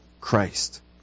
Christ